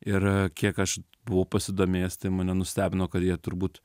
ir kiek aš buvau pasidomėjęs tai mane nustebino kad jie turbūt